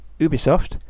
ubisoft